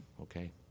Okay